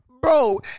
Bro